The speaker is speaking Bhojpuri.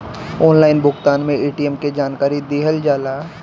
ऑनलाइन भुगतान में ए.टी.एम के जानकारी दिहल जाला?